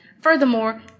Furthermore